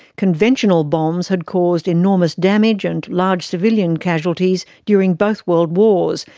conventional bombs had caused enormous damage and large civilian casualties during both world wars,